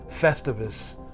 festivus